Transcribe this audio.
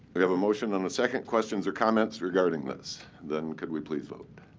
we have a motion on the second? questions or comments regarding this? then could we please vote.